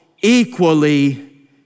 equally